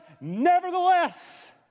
nevertheless